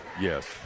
Yes